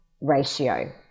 ratio